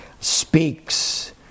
speaks